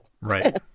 Right